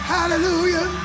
Hallelujah